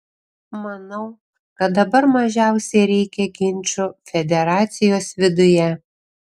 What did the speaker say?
manau kad dabar mažiausiai reikia ginčų federacijos viduje